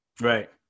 Right